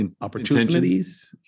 opportunities